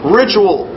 ritual